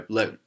Let